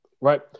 right